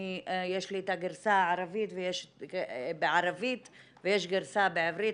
יש לי את הגרסה הערבית ויש גרסה בעברית.